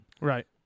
Right